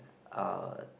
are